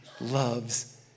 loves